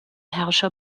herrscher